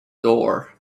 door